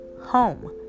home